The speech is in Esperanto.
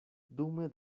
dume